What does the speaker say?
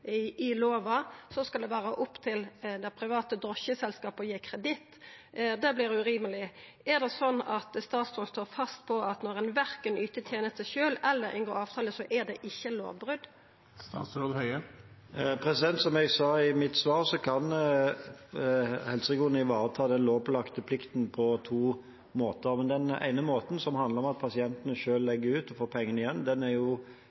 i lova, så skal det vera opp til det private drosjeselskapet å gi kreditt. Det vert urimeleg. Er det sånn at statsråden står fast på at det ikkje er lovbrot når ein verken yter tenesta sjølv eller inngår avtale? Som jeg sa i mitt svar, kan helseregionene ivareta den lovpålagte plikten på to måter, men den ene måten, som handler om at pasientene selv legger ut og får pengene igjen, er